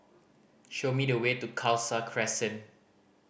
show me the way to Khalsa Crescent